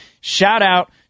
shout-out